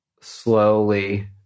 Slowly